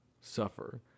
suffer